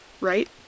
right